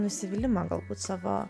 nusivylimą galbūt savo